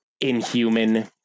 inhuman